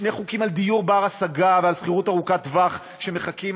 שני חוקים על דיור בר-השגה ועל שכירות ארוכת טווח שמחכים,